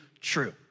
true